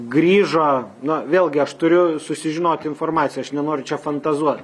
grįžo na vėlgi aš turiu susižinoti informaciją aš nenoriu čia fantazuot